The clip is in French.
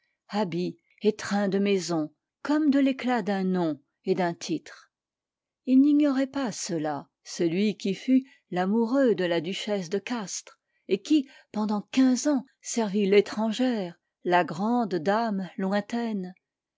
habits et train de maison comme de l'éclat d'un nom et d'un titre il n'ignorait pas cela celui qui fut l'amoureux de la duchesse de castries et qui pendant quinze ans servit l'étrangère la grande dame lointaine